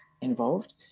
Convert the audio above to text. involved